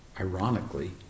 ironically